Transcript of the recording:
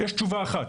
יש תשובה אחת: